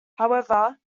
however